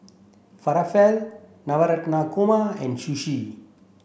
Falafel Korma and Sushi